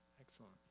excellent